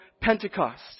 Pentecost